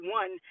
one